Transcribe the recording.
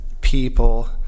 people